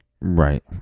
Right